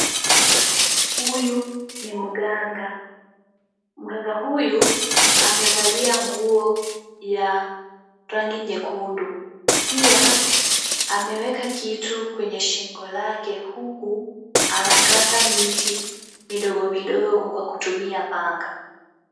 Huyu ni mganga. Mganga huyu amevalia nguo ya rangi nyekundu. Pia ameweka kitu kwenye shingo lake huku anakata miti midogo midogo kwa kutumia panga.